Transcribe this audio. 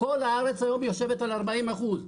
כל הארץ היום יושבת על 40 אחוז,